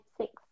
six